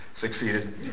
succeeded